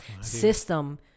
system